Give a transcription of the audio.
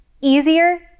easier